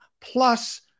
plus